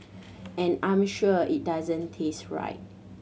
and I'm sure it doesn't taste right